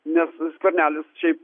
nes skvernelis šiaip